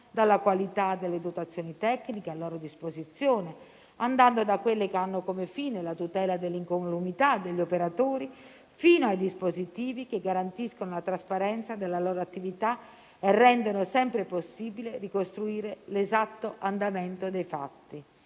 dalla qualità delle dotazioni tecniche a loro disposizione, da quelle che hanno come fine la tutela dell'incolumità degli operatori fino ai dispositivi che garantiscono la trasparenza della loro attività e rendono sempre possibile ricostruire l'esatto andamento dei fatti.